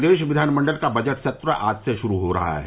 प्रदेश विधान मंडल का बजट सत्र आज से शुरू हो रहा है